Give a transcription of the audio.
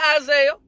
Isaiah